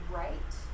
right